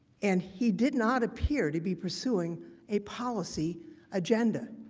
and he did not appear to be pursuing a policy agenda.